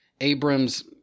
Abrams